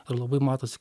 ir labai matos